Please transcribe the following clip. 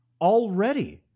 already